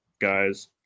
guys